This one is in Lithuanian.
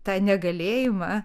tą negalėjimą